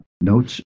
notes